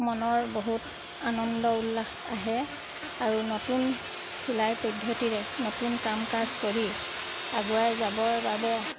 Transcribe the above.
মনৰ বহুত আনন্দ উল্লাস আহে আৰু নতুন চিলাই পদ্ধতিৰে নতুন কাম কাজ কৰি আগুৱাই যাবৰ বাবে